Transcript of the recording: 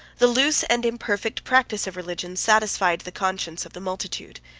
the loose and imperfect practice of religion satisfied the conscience of the multitude.